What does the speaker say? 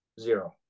zero